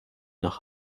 nach